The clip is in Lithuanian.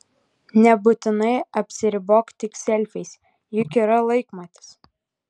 nebūtinai apsiribok tik selfiais juk yra laikmatis